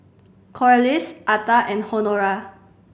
Corliss Atha and Honora